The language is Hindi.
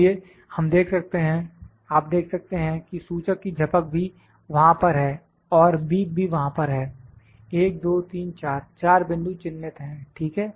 इसलिए हम देख सकते हैं आप देख सकते हैं कि सूचक की झपक भी वहां पर है और बीप भी वहां पर है 1 2 3 4 4 बिंदु चिन्हित है ठीक है